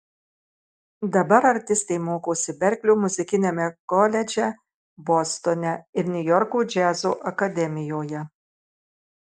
dabar artistė mokosi berklio muzikiniame koledže bostone ir niujorko džiazo akademijoje